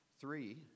Three